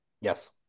Yes